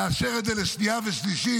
לאשר את זה לקריאה שנייה ושלישית,